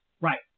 Right